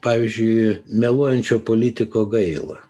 pavyzdžiui meluojančio politiko gaila